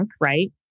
right